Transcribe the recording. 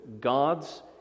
God's